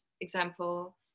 example